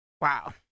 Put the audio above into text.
wow